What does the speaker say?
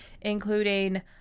including